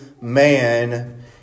man